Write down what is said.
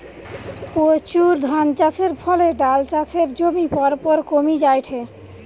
প্রচুর ধানচাষের ফলে ডাল চাষের জমি পরপর কমি জায়ঠে